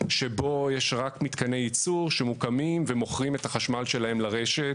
שבו יש רק מתקני ייצור שמוקמים ומוכרים את החשמל שלהם לרשת,